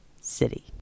city